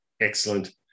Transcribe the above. Excellent